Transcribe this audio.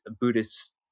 Buddhist